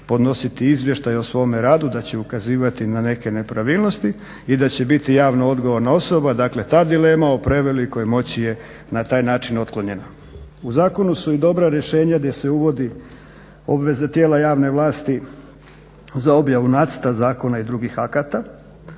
podnositi izvještaje o svome radu, da će ukazivati na neke nepravilnosti i da će biti javno odgovorna osoba. Dakle, ta dilema o prevelikoj moći je na taj način otklonjena. U zakonu su i dobra rješenja gdje se uvodi obveza tijela javne vlasti za objavu nacrta zakona i drugih akata